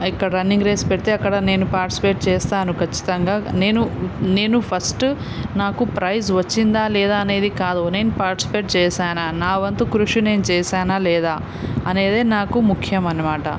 ఎక్కడ running race పెడితే అక్కడ నేను పార్టిసిపేట్ చేస్తాను ఖచ్చితంగా నేను నేను ఫస్ట్ నాకు ప్రైజ్ వచ్చిందా లేదా అనేది కాదు నేను పార్టిసిపేట్ చేశానా నా వంతు కృషి నేను చేశానా లేదా అనేది నాకు ముఖ్యం అనమాట